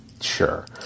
Sure